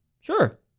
Sure